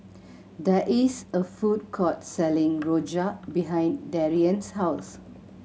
there is a food court selling rojak behind Darien's house